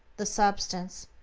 the substance.